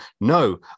no